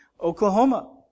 Oklahoma